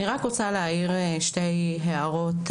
אני רק רוצה להעיר שתי הערות,